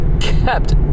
kept